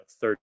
third